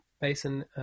Basin